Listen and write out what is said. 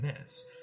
miss